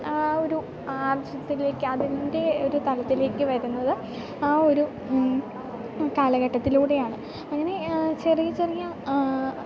ആ ഒരു ആവശ്യത്തിലേക്ക് അതിൻ്റെ ഒരു തലത്തിലേക്ക് വരുന്നത് ആ ഒരു കാലഘട്ടത്തിലൂടെയാണ് അങ്ങനെ ചെറിയ ചെറിയ